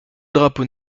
drapeau